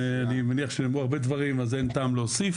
ואני מניח שנאמרו הרבה דברים אז אין טעם להוסיף,